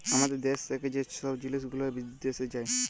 আমাদের দ্যাশ থ্যাকে যে ছব জিলিস গুলা বিদ্যাশে যায়